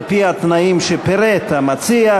על-פי התנאים שפירט המציע,